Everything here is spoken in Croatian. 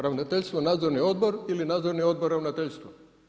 Ravnateljstvo nadzorni odbor ili nadzorni odbor ravnateljstvo?